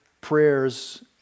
prayers